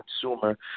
consumer